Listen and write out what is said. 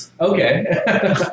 Okay